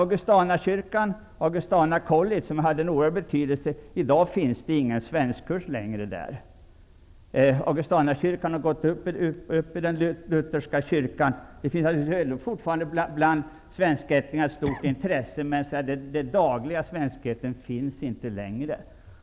Där fanns Augustanakyrkan och finns fortfarande Augustana College, som haft en oerhörd betydelse för svenskheten i USA. I dag finns det inte längre någon svenskkurs där. Augustanakyrkan har gått upp i den lutherska kyrkan. Augustana tilldrar sig fortfarande ett stort intresse bland svenskättlingar, men den dagliga svenskheten finns inte längre.